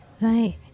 Right